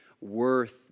worth